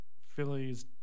Phillies